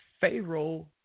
pharaoh